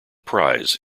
prize